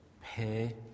pay